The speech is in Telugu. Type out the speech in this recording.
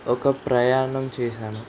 ఒక ప్రయాణం చేశాను